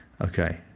Okay